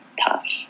tough